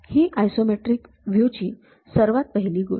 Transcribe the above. ही isometric view ची सर्वात पहिली गोष्ट